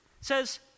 says